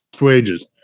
wages